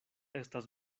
estas